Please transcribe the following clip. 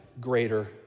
greater